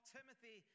Timothy